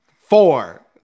four